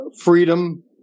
freedom